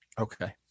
Okay